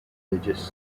religious